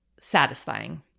satisfying